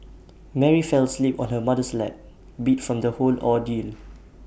Mary fell asleep on her mother's lap beat from the whole ordeal